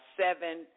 seven